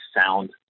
sound